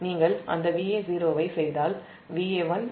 நீங்கள் அந்த Va0 ஐ செய்தால் Va1 3 Zf உங்கள் Ia0